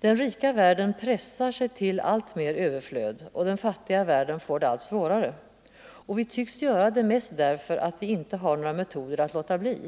Den rika världen pressar sig till alltmer överflöd, och den fattiga världen får det allt svårare. Och vi tycks göra det mest därför att vi inte har några metoder att låta bli!